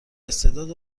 استعداد